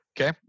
Okay